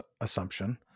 assumption